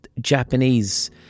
Japanese